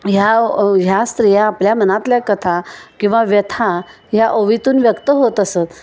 ह्या ह्या स्त्रिया आपल्या मनातल्या कथा किंवा व्यथा ह्या ओवीतून व्यक्त होत असत